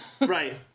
Right